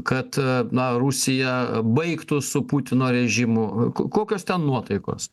kad na rusija baigtų su putino režimu kokios ten nuotaikos